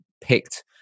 picked